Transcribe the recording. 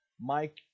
Mike